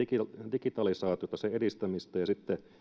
digitalisaatiota sen edistämistä ja sitten